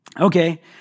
Okay